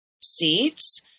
seats